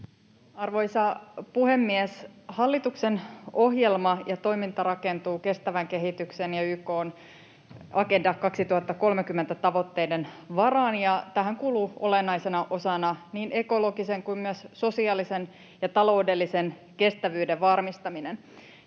Arvoisa puhemies! Hallituksen ohjelma ja toiminta rakentuu kestävän kehityksen ja YK:n Agenda 2030 ‑tavoitteiden varaan, ja tähän kuuluu olennaisena osana niin ekologisen kuin myös sosiaalisen ja taloudellisen kestävyyden varmistaminen.